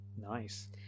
Nice